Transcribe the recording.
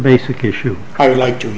basic issue i would like to read